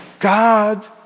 God